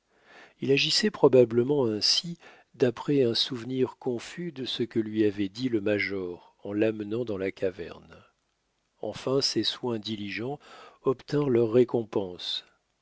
il agissait probablement ainsi d'après un souvenir confus de ce que lui avait dit le major en l'amenant dans la caverne enfin ses soins diligents obtinrent leur récompense